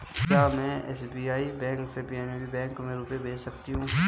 क्या में SBI bank से पी.एन.बी में रुपये भेज सकती हूँ?